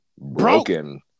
broken